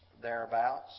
thereabouts